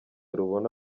rubona